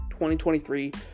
2023